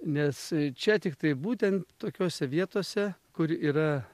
nes čia tiktai būtent tokiose vietose kur yra